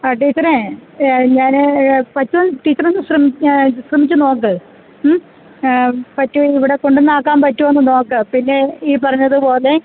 ആ ടീച്ചറെ ഞാന് പറ്റുമോ ടീച്ചറൊന്ന് ശ്രമിച്ചു നോക്ക് മ് ഇവിടെ കൊണ്ടുവന്നാക്കാൻ പറ്റുമോ എന്നു നോക്കൂ പിന്നെ ഈ പറഞ്ഞതുപോലെ